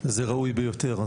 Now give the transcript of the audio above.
זה ראוי ביותר.